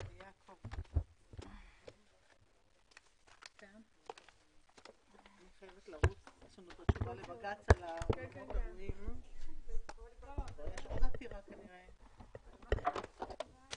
הישיבה ננעלה בשעה 16:58.